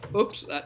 oops